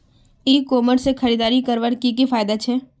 ई commerce से खरीदारी करवार की की फायदा छे?